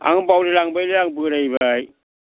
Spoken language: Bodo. आं बावलायलांबायलै आं बोराइबाय